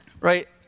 Right